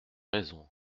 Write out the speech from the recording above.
raison